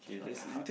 not that hard